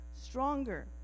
Stronger